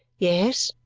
yes.